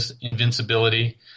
invincibility